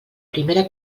primera